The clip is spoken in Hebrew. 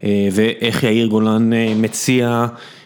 ואיך יאיר גולן מציע.